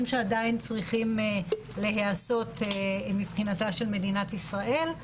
שעדיין צריכים להיעשות מבחינתה של מדינת ישראל.